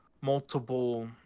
multiple